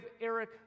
Eric